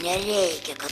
nereikia kad